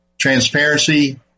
Transparency